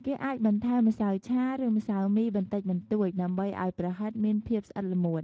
គេអាចបន្ថែមម្សៅឆា ឬម្សៅមីបន្តិចបន្តួច ដើម្បីឱ្យប្រហិតមានភាពស្អិតល្មួត។